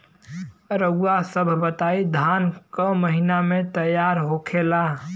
रउआ सभ बताई धान क महीना में तैयार होखेला?